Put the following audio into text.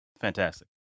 Fantastic